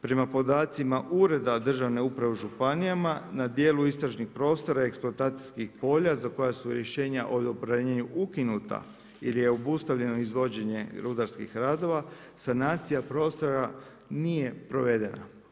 Prema podacima ureda državne uprave u županijama, na dijelu istražnih prostora eksploatacijskih i polja za koja su rješenja … ukinuta ili je obustavljeno izvođenje rudarskih radova sanacija prostora nije provedena.